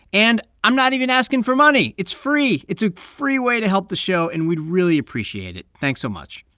and i'm not even asking for money. it's free. it's a free way to help the show, and we'd really appreciate it. thanks so much.